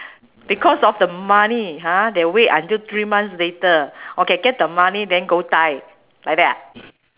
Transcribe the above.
because of the money ha they wait until three months later okay get the money than go die like that ah